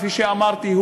כפי שאמרתי,